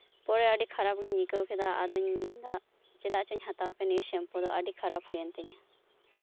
ᱯᱚᱨᱮ ᱟᱹᱰᱤ ᱠᱷᱟᱨᱟᱯ ᱜᱤᱧ ᱟᱹᱭᱠᱟᱹᱣ ᱠᱮᱫᱟ ᱪᱮᱫᱟᱜ ᱪᱚᱧ ᱦᱟᱛᱟᱣ ᱠᱮᱫ ᱱᱤᱭᱟᱹ ᱥᱮᱢᱯᱩ ᱫᱚ ᱟᱹᱰᱤ ᱠᱷᱟᱨᱟᱯ ᱦᱩᱭᱮᱱ ᱛᱤᱧᱟ